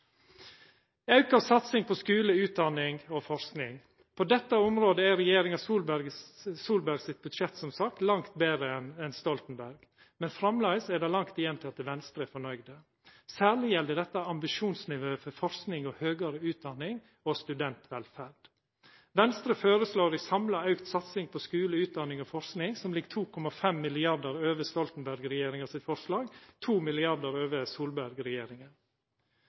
Auka satsing på skule, utdanning og forsking: På dette området er regjeringa Solberg sitt budsjett – som sagt – langt betre enn regjeringa Stoltenberg sitt, men framleis er det langt igjen til at Venstre er nøgd. Særleg gjeld dette ambisjonsnivået for forsking, høgare utdanning og studentvelferd. Venstre føreslår ei samla auka satsing på skule, utdanning og forsking som ligg 2,5 mrd. kr over Stoltenberg-regjeringa sitt forslag, og 2 mrd. kr over